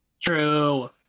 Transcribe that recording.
True